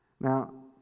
Now